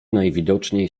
najwidoczniej